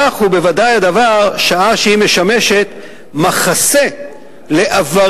כך הוא בוודאי הדבר שעה שהיא משמשת מחסה לעבריינים